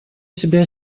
себе